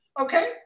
Okay